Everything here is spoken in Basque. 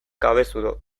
cabezudo